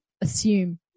assume